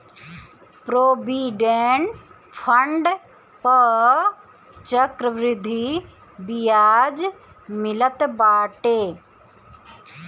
provident fund पअ चक्रवृद्धि बियाज मिलत बाटे